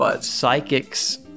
Psychics